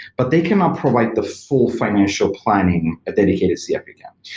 but they cannot provide the full financial planning a dedicated cfp yeah can.